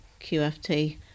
QFT